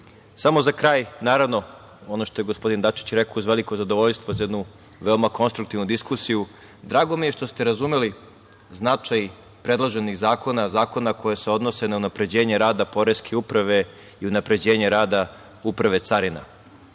samo za kraj, naravno ono što je gospodin Dačić rekao, uz veliko zadovoljstvo za jednu veoma konstruktivnu diskusiju, drago mi je što ste razumeli značaj predloženih zakona, zakona koji se odnose na unapređenje rada Poreske uprave i unapređenje rada Uprave carina. Mi